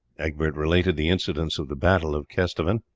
egbert related the incidents of the battle of kesteven.